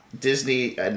Disney